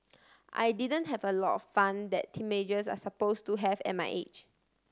I didn't have a lot of fun that teenagers are suppose to have at my age